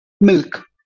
milk